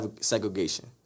segregation